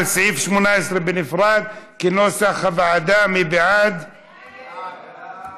בעד, 12, נגד, 28. חברת הכנסת ורבין,